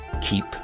keep